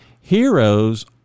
Heroes